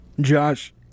Josh